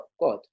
God